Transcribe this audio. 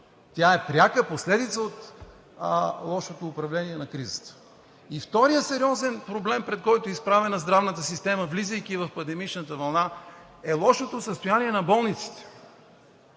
тя е пряка последица от лошото управление на кризата. Вторият сериозен проблем, пред който е изправена здравната система, влизайки в пандемичната вълна, е лошото състояние на болниците